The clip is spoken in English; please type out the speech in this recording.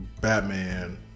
Batman